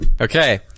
Okay